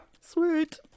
sweet